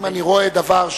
לאוכלוסייה הערבית),